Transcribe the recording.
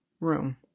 room